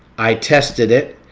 i tested it,